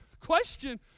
question